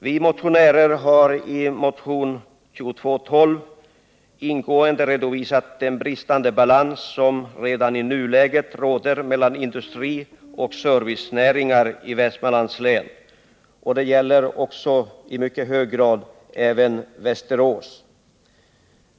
Vi motionärer har i motionen 2212 ingående redovisat den bristande balans som redan i nuläget råder mellan industrioch servicenäringar i Västmanlands län, och det gäller i mycket hög grad även Västerås.